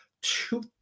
two